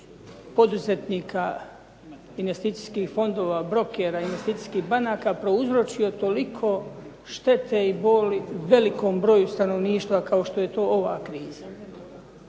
poduzetnika investicijskih fondova, brokera investicijskih banaka prouzročio toliko štete i boli velikom broju stanovništva kao što je to ova kriza.